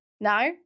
no